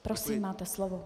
Prosím, máte slovo.